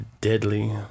deadly